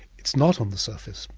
it's not on the surface.